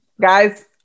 guys